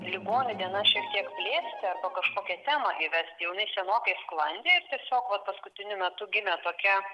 ligonių dienas šiek tiek plėsti arba kažkokią temą įvesti jau jinai senokai sklandė tiesiog vat paskutiniu metu gimė tokia